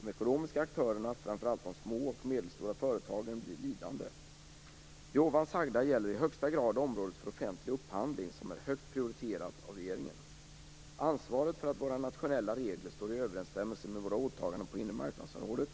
De ekonomiska aktörerna, framför allt de små och medelstora företagen, blir lidande. Det sagda gäller i högsta grad området för offentlig upphandling, som är högt prioriterat av regeringen. Ansvaret för att våra nationella regler står i överensstämmelse med våra åtaganden på inremarknadsområdet